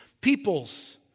peoples